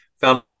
found